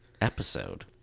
episode